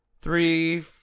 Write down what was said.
Three